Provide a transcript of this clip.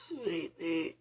Sweetie